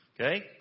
Okay